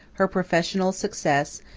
her professional success,